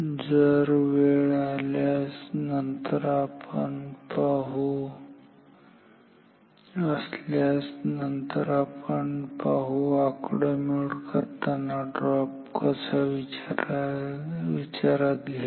जर वेळ असल्यास नंतर आपण पाहू आकडेमोड करताना ड्रॉप कसा विचारात घ्यायचा